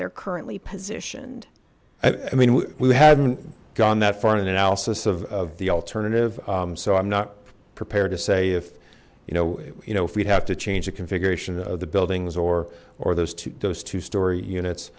they're currently positioned i mean we hadn't gone that far in an analysis of the alternative so i'm not prepared to say if you know you know if we have to change the configuration of the buildings or or those two those two story units